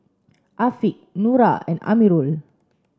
Afiq Nura and Amirul